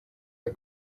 der